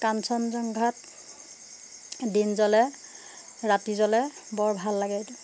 কাঞ্চনজংঘাত দিন জ্বলে ৰাতি জ্বলে বৰ ভাল লাগে